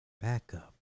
backup